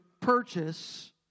purchase